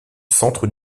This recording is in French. centre